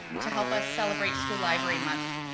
to help us celebrate school library month.